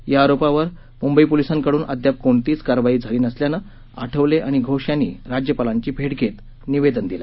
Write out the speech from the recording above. या आरोपावर मुंबई पोलिसांकडून अद्याप कोणतीच कारवाई झाली नसल्यानं आठवले आणि घोष यांनी राज्यपालांची भेट घेत निवेदन दिले